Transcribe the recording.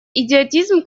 идиотизм